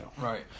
Right